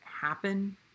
happen